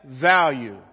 value